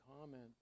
comment